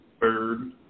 third